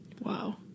Wow